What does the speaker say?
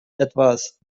etwas